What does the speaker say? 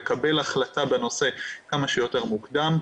לקבל החלטה בנושא כמה שיותר מוקדם.